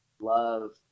love